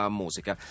musica